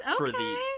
Okay